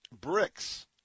bricks